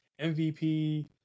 MVP